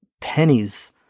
pennies